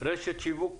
רשת שיווק